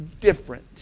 different